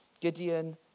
Gideon